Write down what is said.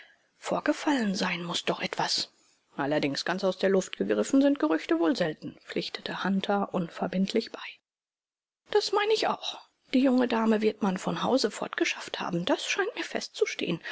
vorgefallen sein muß doch etwas allerdings ganz aus der luft gegriffen sind gerüchte wohl selten pflichtete hunter unverbindlich bei das meine ich auch die junge dame wird man von hause fortgebracht haben das scheint mir festzustehen